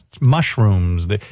mushrooms